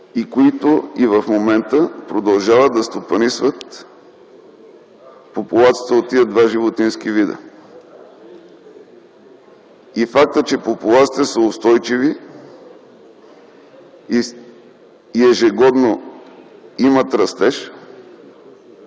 и които и в момента продължават да стопанисват популациите от тези два животински вида. Фактът, че популациите са устойчиви и ежегодно имат растеж,